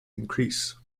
increase